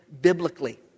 biblically